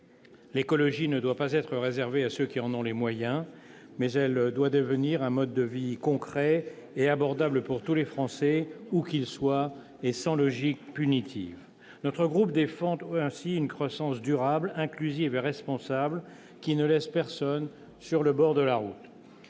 L'écologie ne doit pas être réservée à ceux qui en ont les moyens. Au contraire, elle doit devenir un mode de vie concret et abordable pour tous les Français, où qu'ils soient, et sans logique punitive. Les membres de notre groupe défendent ainsi une croissance durable, inclusive et responsable, qui ne laisse personne sur le bord de la route.